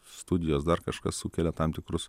studijos dar kažkas sukelia tam tikrus